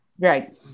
Right